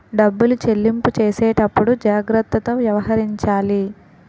డబ్బులు చెల్లింపు చేసేటప్పుడు జాగ్రత్తతో వ్యవహరించాలి